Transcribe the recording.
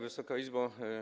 Wysoka Izbo!